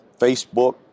Facebook